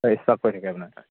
হয় ইস্পাৰ্ক কৰি থাকে আপোনাৰ